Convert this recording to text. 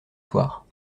soirs